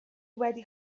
wedi